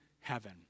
heaven